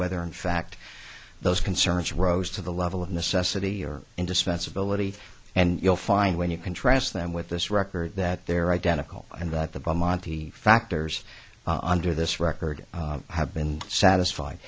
whether in fact those concerns rose to the level of necessity or indispensability and you'll find when you contrast them with this record that they're identical and that the bottom of the factors under this record have been satisfied